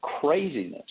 craziness